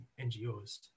NGOs